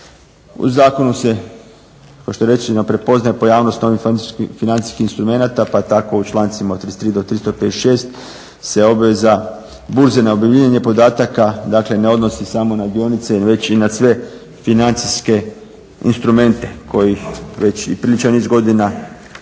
U zakonu se kao što je rečeno prepoznaje pojavnost ovih financijskih instrumenata pa tako u člancima od 33. do 356. se obveza burze na objavljivanje podataka dakle ne odnosi samo na dionice već i na sve financijske instrumente kojih već i priličan niz godina na